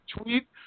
tweet